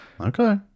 Okay